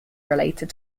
related